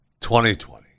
2020